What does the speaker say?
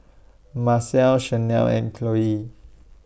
Marcelle Shanelle and Chloie